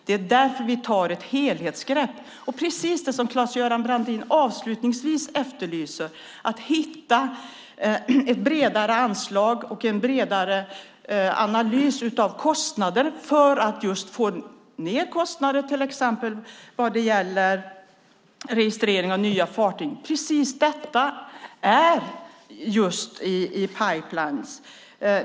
Det är därför vi tar ett helhetsgrepp. Det handlar om precis det som Claes-Göran Brandin avslutningsvis efterlyser, att hitta ett bredare anslag och en bredare analys av kostnader för att just få ned kostnader till exempel vad gäller registrering av nya fartyg. Precis detta är i pipeline.